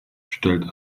stellte